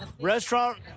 restaurant